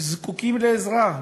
שזקוקה לעזרה.